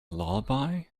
lullaby